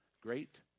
great